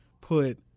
put